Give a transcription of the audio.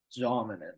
dominant